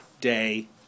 day